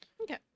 Okay